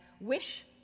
wish